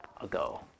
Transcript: ago